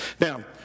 Now